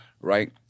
right